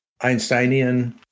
Einsteinian